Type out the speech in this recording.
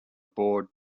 board